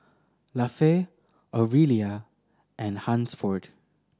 Lafe Aurelia and Hansford